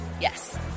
Yes